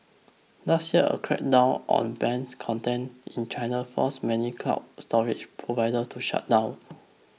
last year a crackdown on banned content in China forced many cloud storage providers to shut down